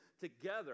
together